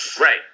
Right